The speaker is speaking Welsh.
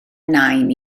nain